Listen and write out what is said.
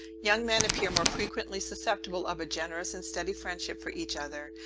young men appear more frequently susceptible of a generous and steady friendship for each other,